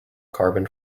carbon